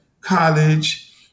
college